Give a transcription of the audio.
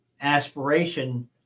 aspiration